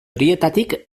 horietarik